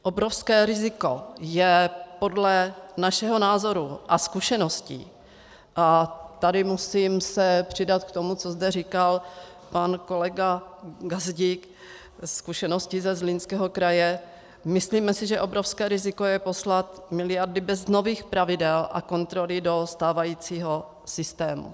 Obrovské riziko je podle našeho názoru a zkušeností tady se musím přidat k tomu, co zde říkal pan kolega Gazdík, zkušenosti ze Zlínského kraje myslíme si, že obrovské riziko je poslat miliardy bez nových pravidel a kontroly do stávajícího systému.